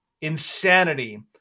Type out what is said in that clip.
insanity